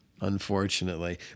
unfortunately